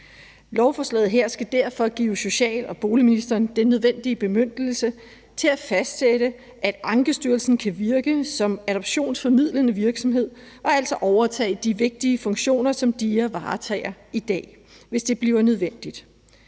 Lovforslaget her skal derfor give social- og boligministeren den nødvendige bemyndigelse til at fastsætte, at Ankestyrelsen kan virke som adoptionsformidlende virksomhed og altså overtage de vigtige funktioner, som DIA varetager i dag, hvis det bliver nødvendigt.